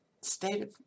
state